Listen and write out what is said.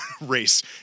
race